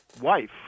wife